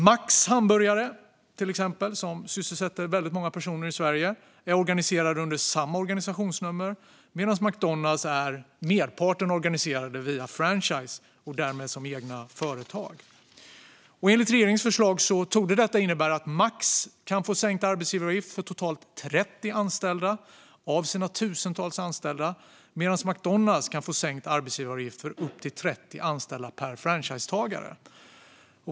Max hamburgare, till exempel, som sysselsätter väldigt många personer i Sverige, är organiserat under samma organisationsnummer medan McDonalds till merparten är organiserat via franchise med egna företag. Enligt regeringens förslag torde detta innebära att Max kan få sänkt arbetsgivaravgift för totalt 30 av sina tusentals anställda medan McDonalds kan få sänkt arbetsgivaravgift för upp till 30 anställda per franchisetagare.